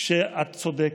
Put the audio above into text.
כשאת צודקת,